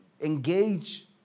engage